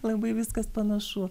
labai viskas panašu